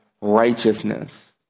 righteousness